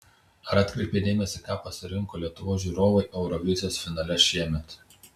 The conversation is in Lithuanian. ar atkreipei dėmesį ką pasirinko lietuvos žiūrovai eurovizijos finale šiemet